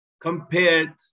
compared